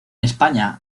españa